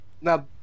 Now